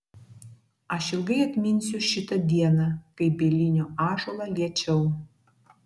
aš ilgai atminsiu šitą dieną kai bielinio ąžuolą liečiau